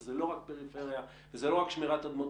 זה לא רק פריפריה וזה לא רק שמירת אדמות